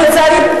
לצערי,